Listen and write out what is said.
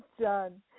done